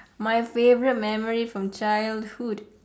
my favourite memory from childhood